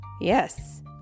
Yes